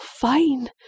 fine